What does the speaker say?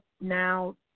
now